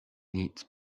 needs